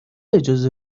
اجازه